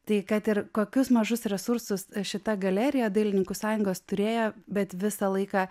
tai kad ir kokius mažus resursus šita galerija dailininkų sąjungos turėjo bet visą laiką